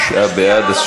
תשעה בעד.